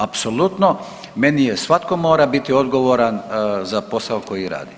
Apsolutno, meni je, svatko mora biti odgovoran za posao koji radi.